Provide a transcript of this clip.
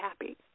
happy